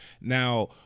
now